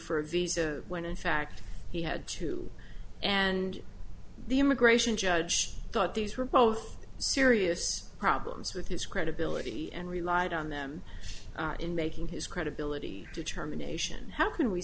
for a visa when in fact he had two and the immigration judge thought these were both serious problems with his credibility and relied on them in making his credibility determination how can we